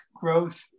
growth